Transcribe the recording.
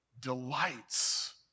delights